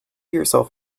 yourself